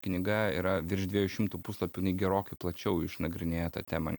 knyga yra virš dviejų šimtų puslapių jinai gerokai plačiau išnagrinėja tą temą